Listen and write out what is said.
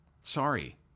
Sorry